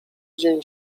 dzień